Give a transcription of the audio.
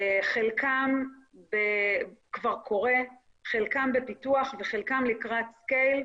חלקם כבר קורה, חלקם בפיתוח וחלקם לקראת scale,